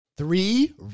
Three